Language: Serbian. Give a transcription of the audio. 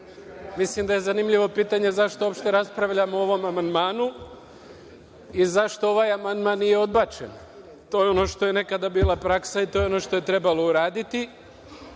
mislim da je zanimljivo pitanje zašto uopšte raspravljamo o ovom amandmanu i zašto ovaj amandman nije odbačen. To je ono što je nekada bila praksa i to je ono što je trebalo uraditi,